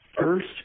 first